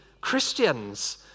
Christians